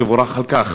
תבורך על כך,